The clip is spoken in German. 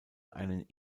einen